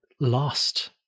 lost